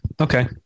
Okay